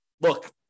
look